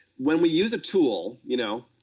when we use a tool, you know,